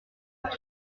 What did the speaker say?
pour